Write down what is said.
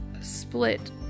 split